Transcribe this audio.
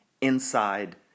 inside